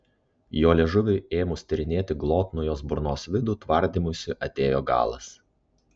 jo liežuviui ėmus tyrinėti glotnų jos burnos vidų tvardymuisi atėjo galas